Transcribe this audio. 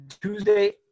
Tuesday